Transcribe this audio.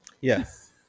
Yes